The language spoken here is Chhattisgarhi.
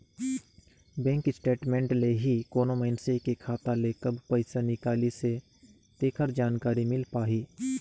बेंक स्टेटमेंट ले ही कोनो मइनसे के खाता ले कब पइसा निकलिसे तेखर जानकारी मिल पाही